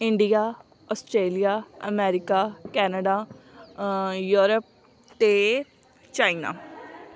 India Australia America Canada Europe ਅਤੇ China